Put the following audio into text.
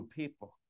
people